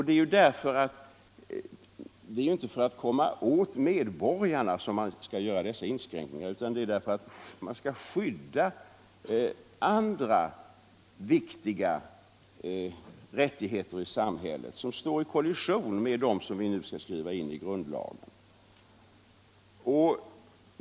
Det är inte för att komma åt medborgarna som man skall göra dessa inskränkningar, utan det är för att man skall kunna skydda andra viktiga rättigheter i samhället som kommer i kollision med dem som vi nu skall skriva in i grundlagen.